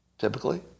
typically